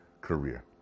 career